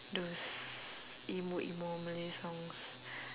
those emo emo malay songs